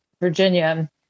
Virginia